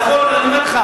אני אומר לך,